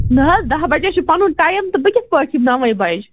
نہٕ حظ دَہ بَجے چھِ پَنُن ٹایِم تہٕ بہٕ کِتھ پٲٹھۍ یِم نؤے بَجہ